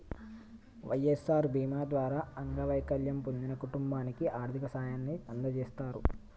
వై.ఎస్.ఆర్ బీమా ద్వారా అంగవైకల్యం పొందిన కుటుంబానికి ఆర్థిక సాయాన్ని అందజేస్తారు